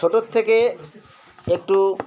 ছোটোর থেকে একটু